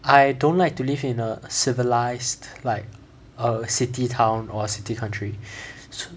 I don't like to live in a civilised like err city town or city country